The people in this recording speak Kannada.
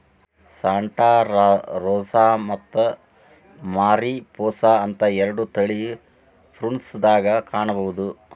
ಸಾಂಟಾ ರೋಸಾ ಮತ್ತ ಮಾರಿಪೋಸಾ ಅಂತ ಎರಡು ತಳಿ ಪ್ರುನ್ಸ್ ದಾಗ ಕಾಣಬಹುದ